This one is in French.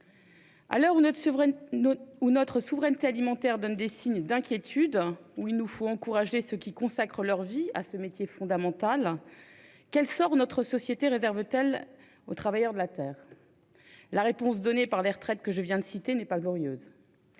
À l'heure où notre souveraineté alimentaire donne des signes d'inquiétude, où il nous faut encourager ceux qui consacrent leur vie à ce métier fondamental, quel sort notre société réserve-t-elle aux travailleurs de la terre ? Au regard des montants de retraite que je viens de citer, il n'est pas glorieux